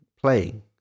playing